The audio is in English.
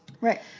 Right